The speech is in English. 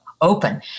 open